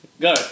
Go